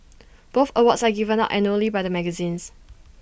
both awards are given out annually by the magazines